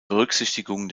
berücksichtigung